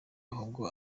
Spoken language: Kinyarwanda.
ahubwo